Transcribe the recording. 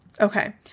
Okay